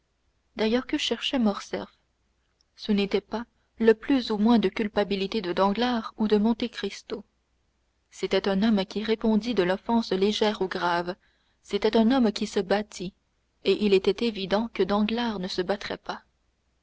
d'ailleurs que cherchait morcerf ce n'était pas le plus ou moins de culpabilité de danglars ou de monte cristo c'était un homme qui répondît de l'offense légère ou grave c'était un homme qui se battît et il était évident que danglars ne se battrait pas